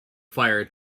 fire